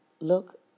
Look